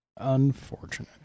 Unfortunate